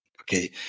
Okay